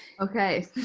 Okay